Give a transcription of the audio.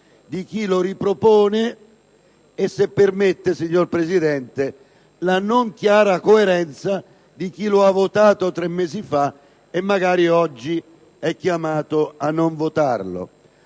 come lo è, se permette, signor Presidente, la non chiara coerenza di chi lo ha votato tre mesi fa e, magari, oggi è chiamato a non votarlo.